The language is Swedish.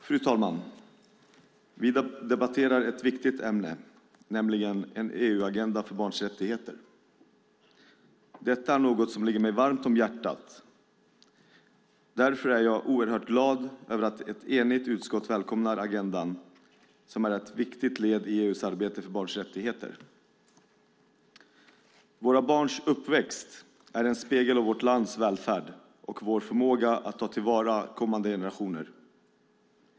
Fru talman! Vi debatterar ett viktigt ämne, nämligen en EU-agenda för barns rättigheter. Detta är något som ligger mig varmt om hjärtat. Därför är jag oerhört glad över att ett enigt utskott välkomnar agendan, som är ett viktigt led i EU:s arbete för barns rättigheter. Våra barns uppväxt är en spegel av vårt lands välfärd och vår förmåga att ta till vara kommande generationer.